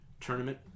tournament